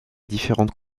différentes